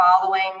following